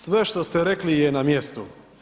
Sve što ste rekli je na mjestu.